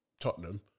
Tottenham